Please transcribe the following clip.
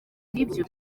n’ibyo